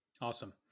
Awesome